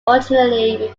originally